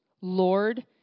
Lord